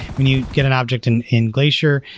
when you get an object in in glacier,